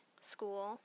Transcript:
school